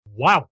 wow